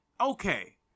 Okay